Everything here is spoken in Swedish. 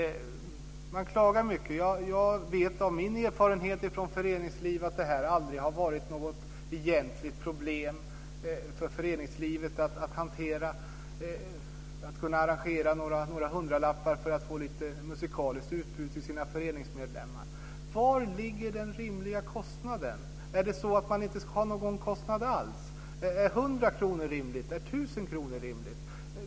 Man klagar mycket. Jag vet av min erfarenhet från föreningslivet att det här aldrig har varit något egentligt problem, några hundralappar för att få lite musikaliskt utbud till föreningsmedlemmarna. Var ligger en rimlig kostnad? Ska man inte ha någon kostnad alls? Är 100 kr rimligt, eller 1 000 kr?